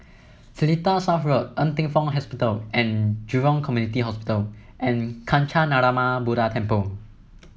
Seletar South Road Ng Teng Fong Hospital and Jurong Community Hospital and Kancanarama Buddha Temple